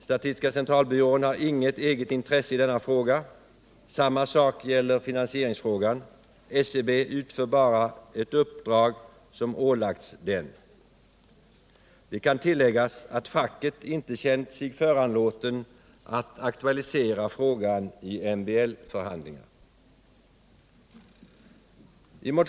Statistiska centralbyrån har inget eget intresse i denna fråga. Samma sak gäller finansieringsfrågan — SCB utför bara ett uppdrag som ålagts den. Det kan tilläggas att facket inte känt sig föranlåtet att aktualisera frågan i MBL-förhandlingar.